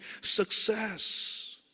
success